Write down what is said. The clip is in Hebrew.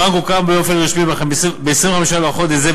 הבנק הוקם באופן רשמי ב-25 בחודש זה,